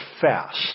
fast